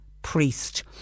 priest